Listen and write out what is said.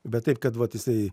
bet taip kad vat jisai